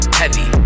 heavy